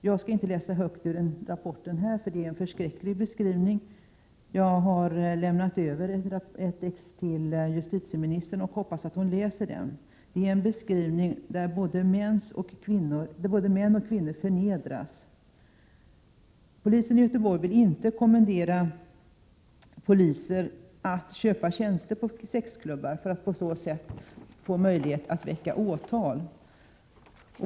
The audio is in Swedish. Jag skall inte läsa högt ur denna rapport här, det är en förskräcklig beskrivning. Jag har överlämnat ett exemplar av rapporten till justitieministern och hoppas att hon läser den. Det är en beskrivning av både mäns och kvinnors förnedring. Polisen i Göteborg vill inte kommendera poliser att köpa tjänster på sexklubbar för att på så sätt få möjlighet att väcka åtal.